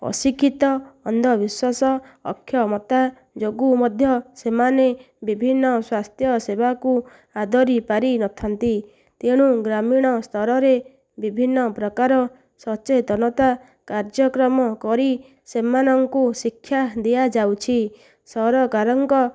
ଅଶିକ୍ଷିତ ଅନ୍ଧବିଶ୍ଵାସ ଅକ୍ଷମତା ଯୋଗୁଁ ମଧ୍ୟ ସେମାନେ ବିଭିନ୍ନ ସ୍ଵାସ୍ଥ୍ୟ ସେବାକୁ ଆଦରି ପାରିନଥାନ୍ତି ତେଣୁ ଗ୍ରାମୀଣ ସ୍ତରରେ ବିଭିନ୍ନ ପ୍ରକାର ସଚେତନତା କାର୍ଯ୍ୟକ୍ରମ କରି ସେମାନଙ୍କୁ ଶିକ୍ଷା ଦିଆଯାଉଛି ସରକାରଙ୍କ